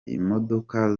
imodoka